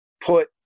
put